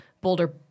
boulder